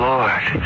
Lord